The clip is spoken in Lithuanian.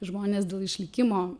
žmonės dėl išlikimo